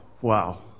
wow